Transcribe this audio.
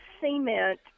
cement